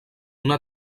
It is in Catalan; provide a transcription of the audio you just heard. una